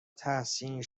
تحسین